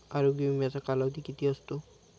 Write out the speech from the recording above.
आरोग्य विम्याचा कालावधी किती असतो?